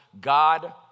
God